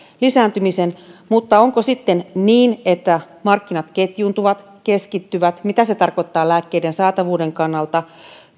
lisääntymisen mutta onko sitten niin että markkinat ketjuuntuvat keskittyvät ja mitä se tarkoittaa lääkkeiden saatavuuden kannalta